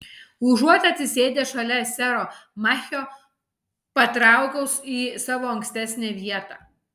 užuot atsisėdęs šalia sero machio patraukiau į savo ankstesnę vietą